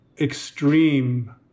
extreme